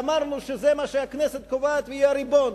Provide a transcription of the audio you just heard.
ואמרנו שזה מה שהכנסת קובעת והיא הריבון.